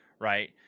right